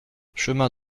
chemin